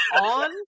on